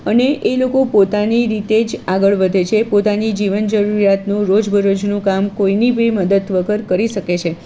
અને એ લોકો પોતાની રીતે જ આગળ વધે છે પોતાની જીવન જરૂરિયાતનું રોજબરોજનું કામ કોઈની બી મદદ વગર કરી શકે છે